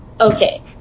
Okay